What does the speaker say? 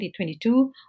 2022